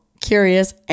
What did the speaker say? curious